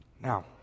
Now